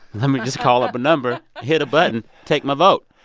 let me just call up a number. hit a button. take my vote.